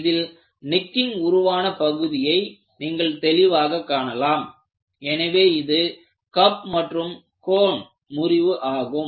இதில் நெக்கிங் உருவான பகுதியை நீங்கள் தெளிவாக காணலாம்எனவே இது கப் மற்றும் கோன் முறிவு ஆகும்